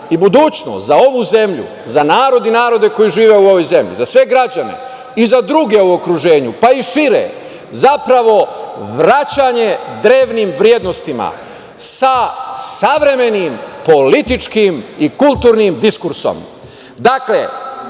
i budućnost za ovu zemlju, za narod i narode koji žive u ovoj zemlji, za sve građane i za druge u okruženju, pa i šire, zapravo vraćanje drevnim vrednostima sa savremenim političkim i kulturnim diskursom. Dakle,